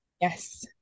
Yes